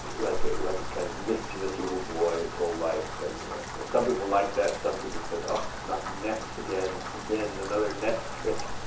like ah like a kind of mischievous little boy his whole life, and some people liked that and some people said, oh, not naess again. again, another naess trick'.